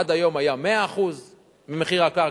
עד היום היה 100% מחיר הקרקע,